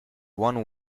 one